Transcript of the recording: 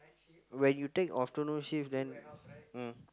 when you take afternoon shift then mm